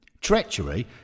Treachery